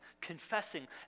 confessing